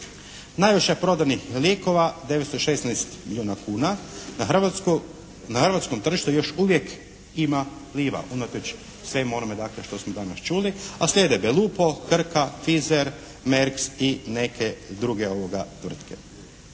Najviše prodanih lijekova 916 milijuna kuna na hrvatskom tržištu još uvijek ima "Pliva" unatoč svemu onome što smo danas čuli, a slijede "Belupo", "Krka", "Fizer", "Merks" i neke druge tvrtke.